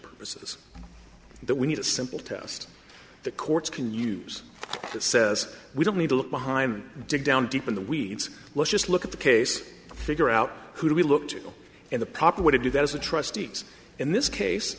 purposes that we need a simple test the courts can use that says we don't need to look behind dig down deep in the weeds let's just look at the case figure out who we look to in the proper way to do that as the trustees in this case